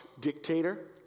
dictator